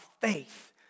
faith